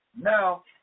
now